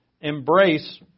embrace